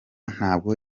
ntabwo